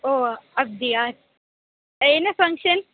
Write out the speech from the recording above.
ஓ அப்படியா என்ன ஃபங்க்ஷன்